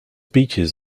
beaches